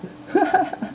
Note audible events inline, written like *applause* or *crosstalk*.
*laughs*